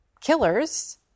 killers